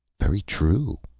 very true,